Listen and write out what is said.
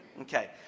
Okay